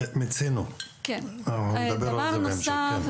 דבר נוסף,